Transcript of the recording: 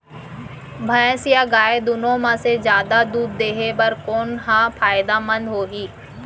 भैंस या गाय दुनो म से जादा दूध देहे बर कोन ह फायदामंद होही?